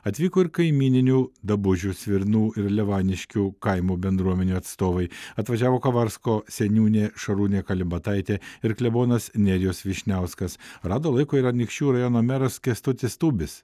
atvyko ir kaimyninių dabužių svirnų ir levaniškių kaimo bendruomenių atstovai atvažiavo kavarsko seniūnė šarūnė kalibataitė ir klebonas nerijus vyšniauskas rado laiko ir anykščių rajono meras kęstutis tubis